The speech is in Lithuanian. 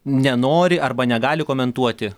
nenori arba negali komentuoti